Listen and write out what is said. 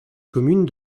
commune